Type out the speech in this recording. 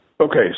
Okay